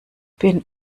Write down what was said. bin